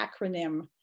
acronym